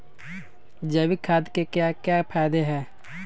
जैविक खाद के क्या क्या फायदे हैं?